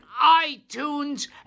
itunes